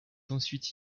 ensuite